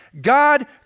God